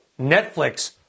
Netflix